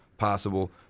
possible